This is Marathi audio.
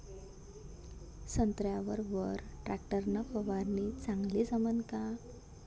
संत्र्यावर वर टॅक्टर न फवारनी चांगली जमन का?